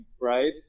right